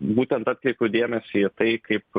būtent atkreipiu dėmesį į tai kaip